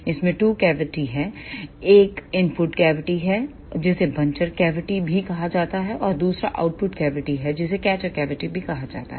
इसमें two cavity हैं एक इनपुट कैविटी है जिसे बंचर कैविटी भी कहा जाता है और दूसरा आउटपुट कैविटी है जिसे कैचर कैविटी भी कहा जाता है